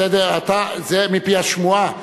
בסדר, זה מפי השמועה.